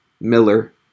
Miller